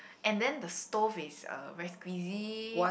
and then the stove is uh very squeezy